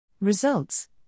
Results